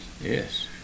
Yes